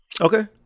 Okay